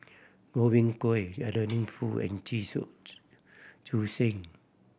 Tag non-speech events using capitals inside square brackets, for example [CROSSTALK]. Godwin Koay Adeline Foo and Chu [UNINTELLIGIBLE] Chee Seng